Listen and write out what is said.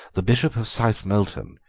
the bishop of southmolton,